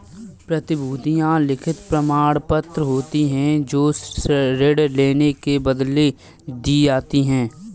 प्रतिभूतियां लिखित प्रमाणपत्र होती हैं जो ऋण लेने के बदले दी जाती है